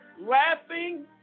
laughing